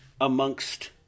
amongst